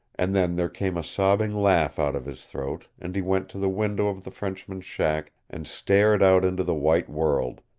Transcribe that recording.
and then there came a sobbing laugh out of his throat and he went to the window of the frenchman's shack and stared out into the white world,